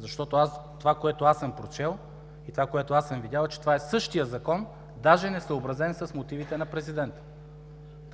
Защото това, което аз съм прочел и това, което аз съм видял, е, че това е същият Закон, даже несъобразен с мотивите на президента.